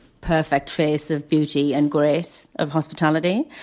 perfect face of beauty and grace of hospitality.